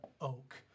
oak